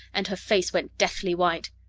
and her face went deathly white.